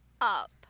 up